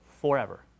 Forever